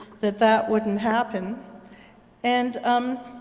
that that wouldn't happen and um